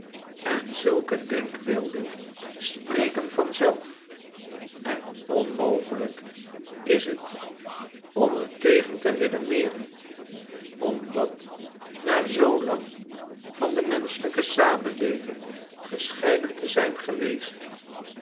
en zulke denkbeelden spreken vanzelf en onmogelijk is t om er tegen te redeneeren omdat na zoo lang van de menschelijkesamenlevinggescheiden te zijn geweest